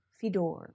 Fedor